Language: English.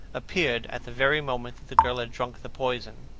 appeared at the very moment that the girl had drunk the poison,